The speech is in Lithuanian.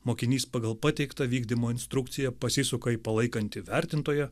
mokinys pagal pateiktą vykdymo instrukciją pasisuka į palaikantį vertintoją